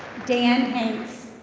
dan hanks.